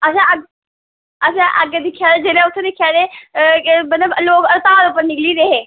अस अग्ग असें अग्गे दिक्खेआ जे'ल्लै उत्थै दिक्खेआ ते मतलब लोग हड़ताल उप्पर निकली दे हे